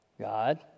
God